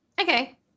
Okay